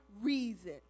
reason